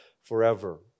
forever